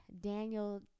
Daniel